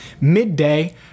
midday